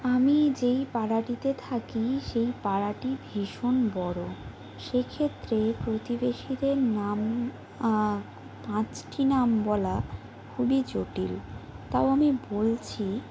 আমি যেই পাড়াটিতে থাকি সেই পাড়াটি ভীষণ বড়ো সেক্ষেত্রে প্রতিবেশীদের নাম পাঁচটি নাম বলা খুবই জটিল তাও আমি বলছি